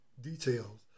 details